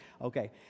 Okay